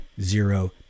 zero